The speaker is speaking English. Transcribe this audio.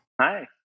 Hi